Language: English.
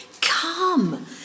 come